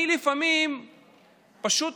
אני לפעמים פשוט